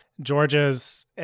Georgia's